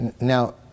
Now